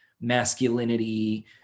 masculinity